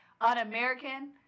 un-American